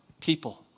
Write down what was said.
people